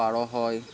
পাৰ হয়